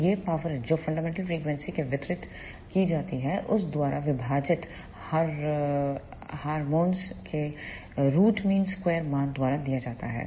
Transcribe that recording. तो यह पावर जो फंडामेंटल फ्रिकवेंसीFUNDAMENTAL FREQUENCY को वितरित की जाती है उस द्वारा विभाजित हारमोंस के रूट मीन स्क्वेयर मान द्वारा दिया जाता है